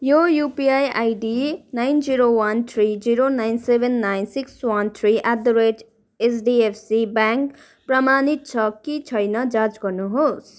यो UPI ID nine zero one three zero nine seven nine six one three eight the rate HDFC bank प्रमाणित छ कि छैन जाँच गर्नुहोस्